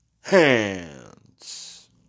hands